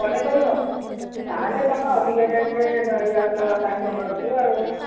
ପରେ କହିବ ତା'ହେଲେ ତମେ ଅଧିକା ରେଟ୍ରେ ନେଇଯାଉଛ କଷ୍ଟମର୍ ଠୁ ଆଉ